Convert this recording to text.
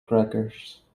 crackers